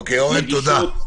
אורן, תודה.